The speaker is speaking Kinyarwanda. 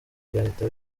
ugahita